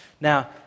Now